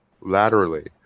laterally